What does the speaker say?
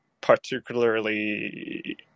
particularly